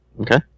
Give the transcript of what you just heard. Okay